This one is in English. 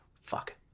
fuck